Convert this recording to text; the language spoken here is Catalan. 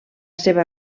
seva